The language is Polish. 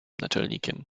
naczelnikiem